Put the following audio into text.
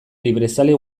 librezale